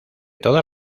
todas